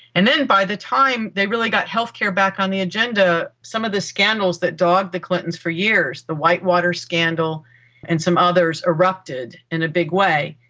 and then by the time they really got healthcare back on the agenda, some of the scandals that dogged the clintons for years, the whitewater scandal and some others, erupted in a big way.